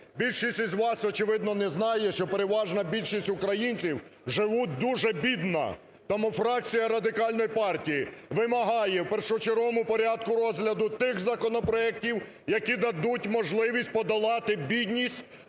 Більшість із вас, очевидно, не знає, що переважна більшість українців живуть дуже бідно. Тому фракція Радикальної партії вимагає в першочерговому порядку розгляду тих законопроектів, які дадуть можливість подолати бідність,